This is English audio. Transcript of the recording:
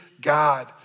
God